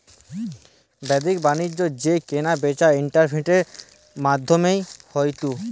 বাদ্দিক বাণিজ্য যেই কেনা বেচা ইন্টারনেটের মাদ্ধমে হয়ঢু